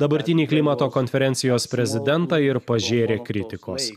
dabartinį klimato konferencijos prezidentą ir pažėrė kritikos